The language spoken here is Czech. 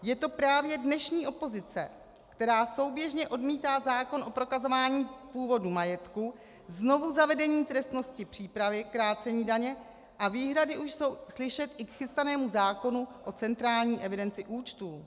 Je to právě dnešní opozice, která souběžně odmítá zákon o prokazování původu majetku, znovuzavedení trestnosti přípravy krácení daně, a výhrady už jsou slyšet i k chystanému zákonu o centrální evidenci účtů.